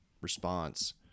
response